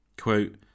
quote